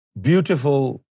beautiful